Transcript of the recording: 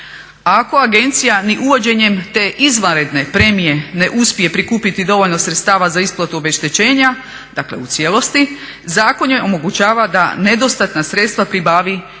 Ako agencija ni uvođenjem te izvanredne premije ne uspije prikupiti dovoljno sredstava za isplatu obeštećenja dakle u cijelosti zakon joj omogućava da nedostatna sredstva pribavi i zaduživanjem,